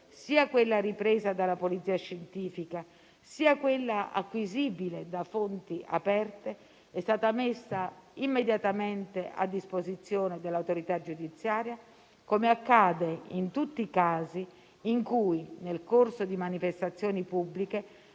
sia quella ripresa dalla Polizia scientifica, sia quella acquisibile da fonti aperte, è stata messa immediatamente a disposizione dell'autorità giudiziaria, come accade in tutti i casi in cui, nel corso di manifestazioni pubbliche,